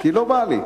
כי לא בא לי.